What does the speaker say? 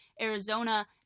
Arizona